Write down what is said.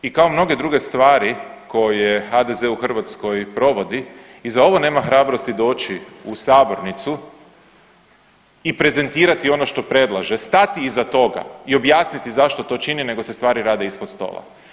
I kao mnoge druge stvari koje HDZ u Hrvatskoj provodi i za ovo nema hrabrosti doći u sabornicu i prezentirati ono što predlaže, stati iza toga i objasniti zašto to čini nego se stvari rade ispod stola.